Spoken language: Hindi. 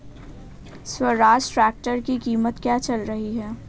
स्वराज ट्रैक्टर की कीमत क्या चल रही है?